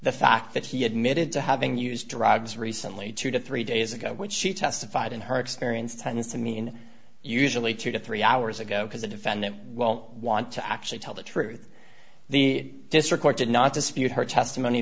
the fact that he admitted to having used drugs recently two to three days ago when she testified in her experience tends to mean usually two to three hours ago because the defendant won't want to actually tell the truth the district court did not dispute her testimony